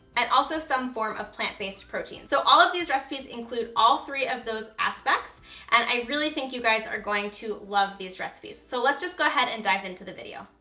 and also some form of plant-based protein. so, all of these recipes include all three of those aspects and i really think you guys are going to love these recipes, so let's just go ahead and dive into the video.